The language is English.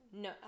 no